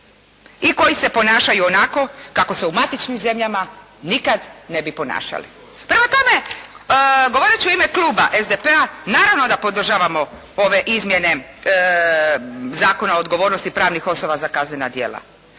i koji se ponašaju onako kako se u matičnim zemljama nikad ne bi ponašali. Prema tome, govoreći u ime kluba SDP-a naravno da podržavamo ove izmjene Zakona o odgovornosti pravnih osoba za kaznena djela.